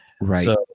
Right